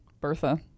Bertha